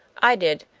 i did.